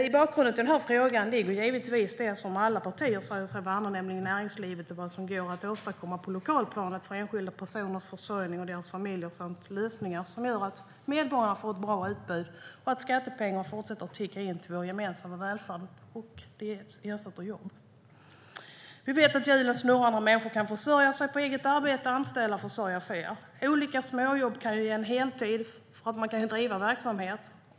I bakgrunden till den här frågan ligger givetvis det som alla partier säger sig värna, nämligen näringslivet och vad som går att åstadkomma på lokalplanet för enskilda personers försörjning och deras familjer samt lösningar som gör att medborgarna får ett bra utbud och att skattepengar fortsätter att ticka in till vår gemensamma välfärd och ersätta jobb. Vi vet att hjulen snurrar när människor kan försörja sig på eget arbete, anställa och försörja fler. Olika småjobb kan ge en heltid för att verksamhet ska kunna bedrivas.